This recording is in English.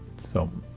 so.